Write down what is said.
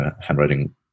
handwriting